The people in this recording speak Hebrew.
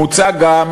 מוצע גם